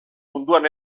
munduan